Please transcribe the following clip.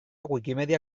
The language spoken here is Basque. wikimedia